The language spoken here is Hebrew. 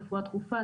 רפואה דחופה,